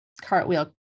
cartwheel